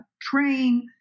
train